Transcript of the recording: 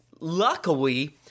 luckily